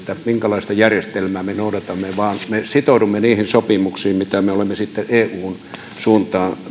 minkälaista järjestelmää me noudatamme vaan me sitoudumme niihin sopimuksiin mitä me olemme eun suuntaan